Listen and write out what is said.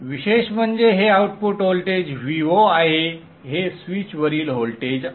विशेष म्हणजे हे आउटपुट व्होल्टेज Vo आहे हे स्विचवरील व्होल्टेज आहे